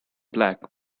black